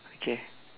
okay